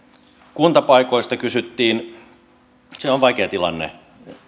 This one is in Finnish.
kuntapaikoista kysyttiin se on vaikea tilanne